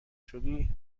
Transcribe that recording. شدی